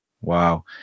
Wow